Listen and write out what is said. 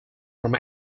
from